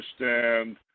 understand